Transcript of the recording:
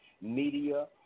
media